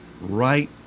right